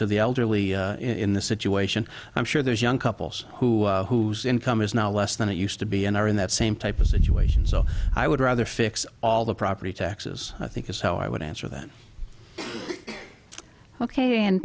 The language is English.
to the elderly in this situation i'm sure there's young couples who whose income is now less than it used to be and are in that same type of situation so i would rather fix all the property taxes i think is how i would answer that ok and